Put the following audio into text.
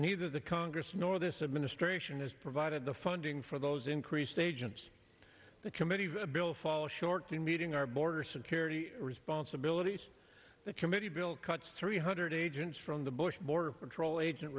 neither the congress nor this administration has provided the funding for those increased agents the committee's bill fall short to meeting our border security responsibilities that committee bill cuts three hundred agents from the bush border patrol agent